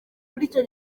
icyo